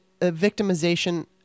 victimization